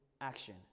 action